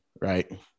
right